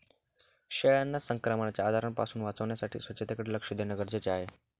शेळ्यांना संक्रमणाच्या आजारांपासून वाचवण्यासाठी स्वच्छतेकडे लक्ष देणे गरजेचे आहे